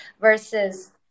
Versus